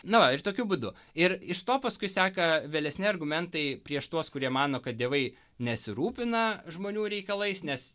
na va šitokiu būdu ir iš to paskui seka vėlesni argumentai prieš tuos kurie mano kad dievai nesirūpina žmonių reikalais nes